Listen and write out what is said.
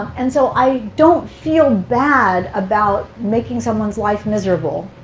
and so i don't feel bad about making someone's life miserable.